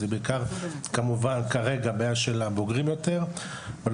זוהי בעיה של הבוגרים יותר, כרגע.